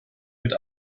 mit